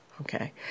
Okay